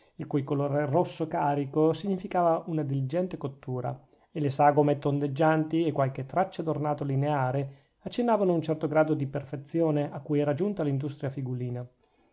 il cui colore rosso carico significava una diligente cottura e le sagome tondeggianti e qualche traccia d'ornato lineare accennavano un certo grado di perfezione a cui era giunta l'industria figulina